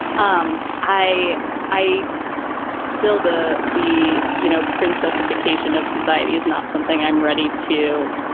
um i i it's still the the, you know, princess ification of society is not something i'm ready to,